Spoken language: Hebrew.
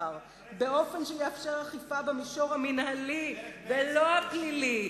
שכר באופן שיאפשר אכיפה במישור המינהלי ולא הפלילי.